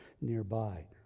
nearby